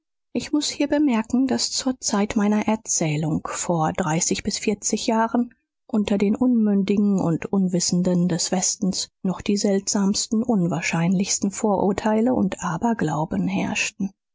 ich muß hier bemerken daß zur zeit meiner erzählung vor dreißig bis vierzig jahren unter den unmündigen und unwissenden des westens noch die seltsamsten unwahrscheinlichsten vorurteile und aberglauben herrschten